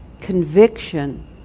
conviction